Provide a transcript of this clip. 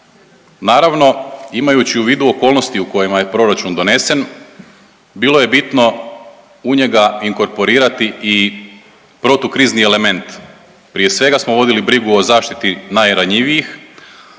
Naravno imajući u vidu okolnosti u kojima je proračun donesen bilo je bitno u njega inkorporirati i protukrizni element, prije svega smo vodili brigu o zaštiti najranjivijih